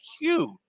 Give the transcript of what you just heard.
huge